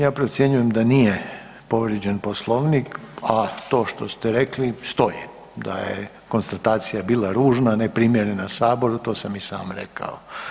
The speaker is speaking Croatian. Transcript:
Ja procjenjujem da nije povrijeđen Poslovnik, a to što ste rekli stoji da je konstatacija bila ružna, neprimjerena saboru, to sam i sam rekao.